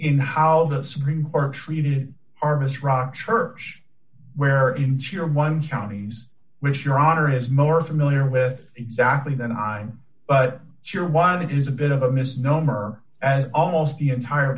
in how the supreme court treated our misra church where in cheer one counties which your honor is more familiar with exactly than i am but sure why that is a bit of a misnomer as almost the entire